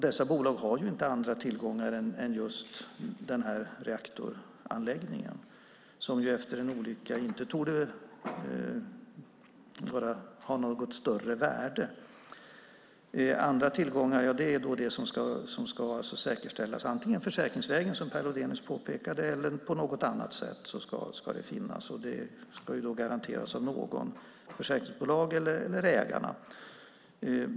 Dessa bolag har inte andra tillgångar än just reaktoranläggningen, som efter en olycka inte torde ha något större värde. Andra tillgångar är det som ska säkerställas antingen försäkringsvägen, som Per Lodenius påpekade, eller på något annat sätt. Det ska garanteras av någon, försäkringsbolag eller ägarna.